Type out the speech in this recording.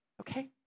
Okay